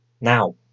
now